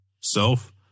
self